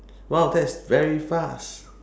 !wow! that's very fast